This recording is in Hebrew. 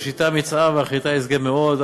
ראשיתה מצער ואחריתה ישגה מאוד.